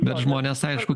bet žmonės aišku